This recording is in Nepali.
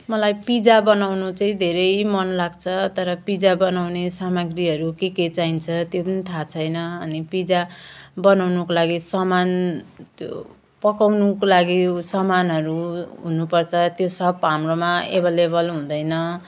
मलाई पिजा बनाउनु चाहिँ धेरै मन लाग्छ तर पिजा बनाउने सामाग्रीहरू के के चाहिन्छ त्यो पनि थाह छैन अनि पिजा बनाउनुको लागि सामान त्यो पकाउनुको लागि ऊ सामानहरू हुनुपर्छ त्यो सब हाम्रोमा एभाइलेवल हुँदैन